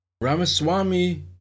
Ramaswamy